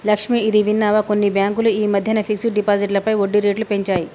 లక్ష్మి, ఇది విన్నావా కొన్ని బ్యాంకులు ఈ మధ్యన ఫిక్స్డ్ డిపాజిట్లపై వడ్డీ రేట్లు పెంచాయి